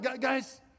Guys